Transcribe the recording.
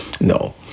No